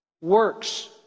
works